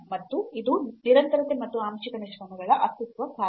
ಮತ್ತು ಇದು ನಿರಂತರತೆ ಮತ್ತು ಆಂಶಿಕ ನಿಷ್ಪನ್ನಗಳ ಅಸ್ತಿತ್ವ ಕಾರಣ